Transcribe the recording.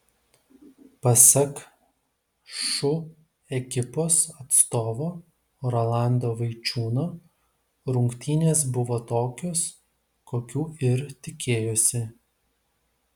pasak šu ekipos atstovo rolando vaičiūno rungtynės buvo tokios kokių ir tikėjosi